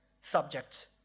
subject